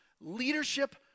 leadership